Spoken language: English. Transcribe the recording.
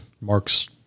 Mark's